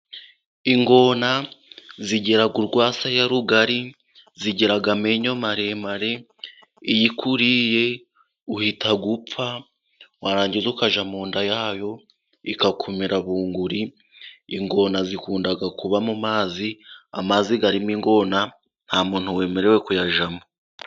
Ingona zigira urwasaya rugari, zigira amenyo maremare, iyo ikuriye uhita upfa, warangiza ukajya mu nda yayo, ikakumira bunguri, ingona zikunda kuba mu mazi, amazi arimo ingona, nta muntu wemerewe kuyajyamo.